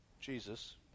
Jesus